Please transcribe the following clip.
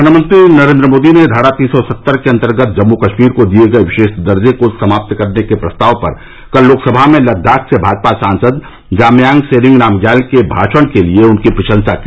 प्रधानमंत्री नरेन्द्र मोदी ने धारा तीन सौ सत्तर के अन्तर्गत जम्मू कश्मीर को दिये गये विशेष दर्जे को समाप्त करने के प्रस्ताव पर कल लोकसभा में लद्दाख से भाजपा सांसद जामयांग त्सेरिंग नामग्याल के भाषण के लिए उनकी प्रशंसा की